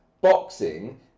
boxing